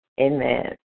Amen